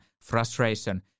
Frustration